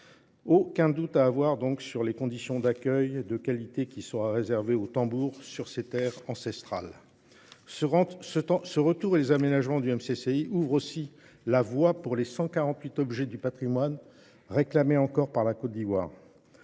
Aucun doute à avoir sur les conditions d'accueil de qualité qui sera réservé au Tambour sur ces terres ancestrales. Ce retour et les aménagements du MCCI ouvrent aussi la voie pour les 148 objets du patrimoine réclamés encore par la Côte d'Ivoire.